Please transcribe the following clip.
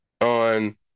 on